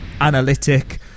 analytic